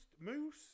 Moose